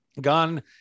Gone